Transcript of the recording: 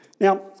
Now